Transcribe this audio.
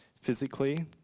physically